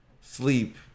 sleep